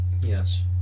Yes